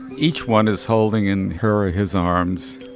each one is holding in her his arms